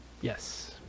Yes